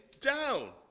down